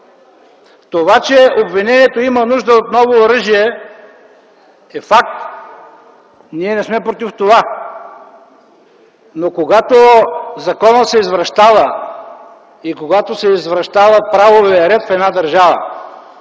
Това, че обвинението има нужда от ново оръжие, е факт. Ние не сме против това, но когато законът се извращава и когато се извращава правовият ред в една държава,